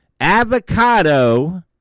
avocado